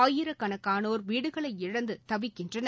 ஆயிரக்கணக்கானோர் வீடுகளை இழந்து தவிக்கின்றனர்